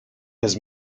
his